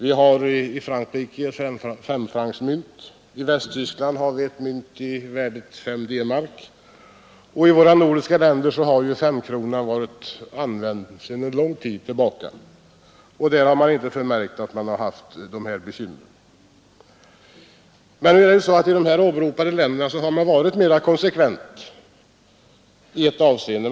I Frankrike finns femfrancsmynt, i Västtyskland finns ett mynt i värdet 5 DM. I våra nordiska grannländer har ju femkronan varit använd sedan lång tid tillbaka, och där har man inte förmärkt de här bekymren. Men i de åberopade länderna har man varit mera konsekvent i ett avseende.